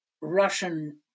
Russian